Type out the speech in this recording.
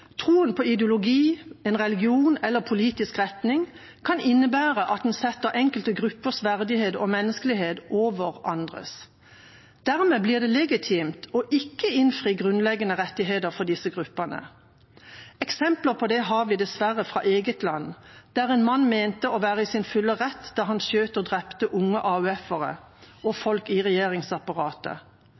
Troen på ideologi, en religion eller en politisk retning kan innebære at en setter enkelte gruppers verdighet og menneskelighet over andres. Dermed blir det legitimt å ikke innfri grunnleggende rettigheter for disse gruppene. Eksempler på det har vi dessverre fra eget land, der en mann mente å være i sin fulle rett da han skjøt og drepte unge AUF-ere og folk i regjeringsapparatet.